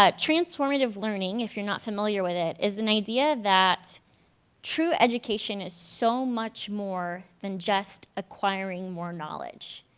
ah transformative learning, if you're not familiar with it is an idea that true education is so much more than just acquiring more knowledge.